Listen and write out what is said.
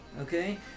okay